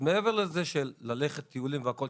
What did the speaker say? מעבר לללכת לטיולים והכול,